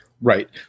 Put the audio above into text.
Right